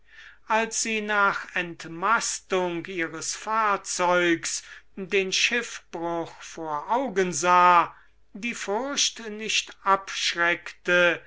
als sie nach entmastung ihres fahrzeugs den schiffbruch vor augen sah die furcht nicht abschreckte